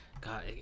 God